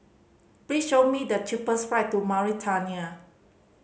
please show me the cheapest flight to Mauritania